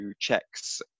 checks